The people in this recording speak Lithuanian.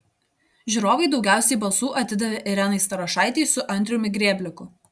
žiūrovai daugiausiai balsų atidavė irenai starošaitei su andriumi grėbliku